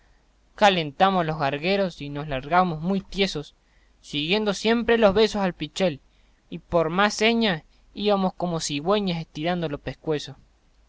calentamos los gargueros y nos largamos muy tiesos siguiendo siempre los besos al pichel y por mas señas íbamos como cigüeñas estirando los pescuezos